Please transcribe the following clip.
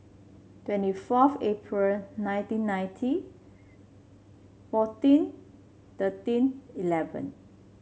twenty fourth April nineteen ninety fourteen thirteen eleven